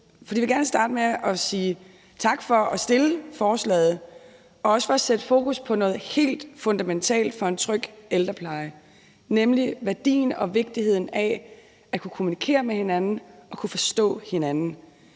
jeg vil gerne starte med at sige tak for at fremsætte forslaget og også for at sætte fokus på noget helt fundamentalt for en tryg ældrepleje, nemlig værdien og vigtigheden af at kunne kommunikere med hinanden og kunne forstå hinanden.